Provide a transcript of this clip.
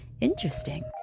interesting